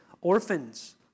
orphans